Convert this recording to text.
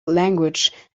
language